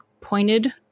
pointed